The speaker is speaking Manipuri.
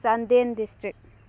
ꯆꯥꯟꯗꯦꯜ ꯗꯤꯁꯇ꯭ꯔꯤꯛ